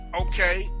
okay